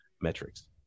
metrics